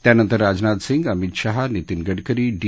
त्यानंतर राजनाथ सिंग अमित शहा नितीन गडकरी डी